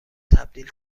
تبدیل